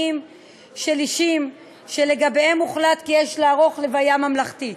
של אישים שלגביהם הוחלט כי יש לערוך לוויה ממלכתית.